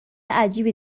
عجیبی